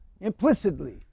implicitly